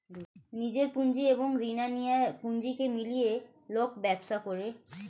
নিজের পুঁজি এবং রিনা নেয়া পুঁজিকে মিলিয়ে লোক ব্যবসা করে